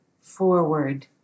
Forward